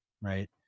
right